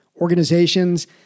Organizations